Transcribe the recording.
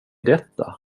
detta